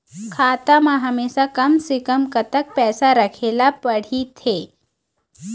खाता मा हमेशा कम से कम कतक पैसा राखेला पड़ही थे?